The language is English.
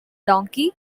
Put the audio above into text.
donkey